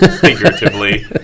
Figuratively